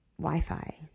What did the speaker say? Wi-Fi